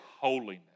holiness